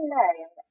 name